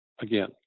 Again